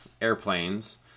airplanes